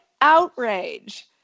outrage